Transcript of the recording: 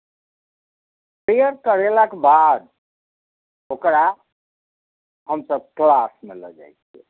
prayer करेलाके बाद ओकरा हमसभ क्लासमे लऽ जाइत छियै